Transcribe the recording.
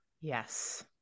yes